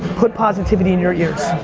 put positivity in your ears,